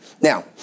Now